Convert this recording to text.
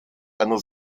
einer